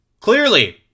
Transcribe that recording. Clearly